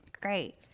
Great